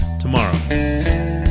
tomorrow